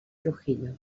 trujillo